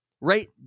right